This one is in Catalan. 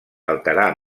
alterar